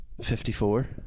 54